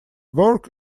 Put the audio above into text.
work